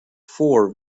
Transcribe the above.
four